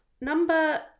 Number